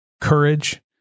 courage